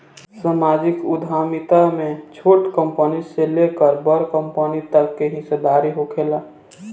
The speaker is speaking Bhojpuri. सामाजिक उद्यमिता में छोट कंपनी से लेकर बड़ कंपनी तक के हिस्सादारी होखेला